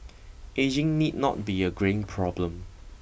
ageing need not be a greying problem